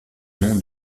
nom